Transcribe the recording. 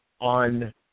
on